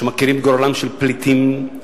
שמכירה בגורלם של פליטים,